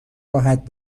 راحت